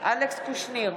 אלכס קושניר,